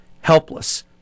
helpless